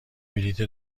بلیط